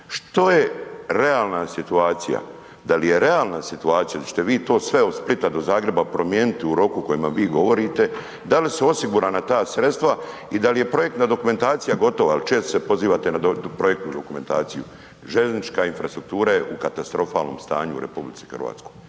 Što je realna situacija? Da li je realna situacija, hoćete vi to od Splita do Zagreba promijeniti u roku u kojima vi govorite? Da li su osigurana ta sredstva i da li je projektna dokumentacija gotova jer često se pozivate na projektnu dokumentaciju. Željeznička infrastruktura je u katastrofalnom stanju u RH. Hvala